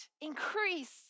increase